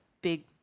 big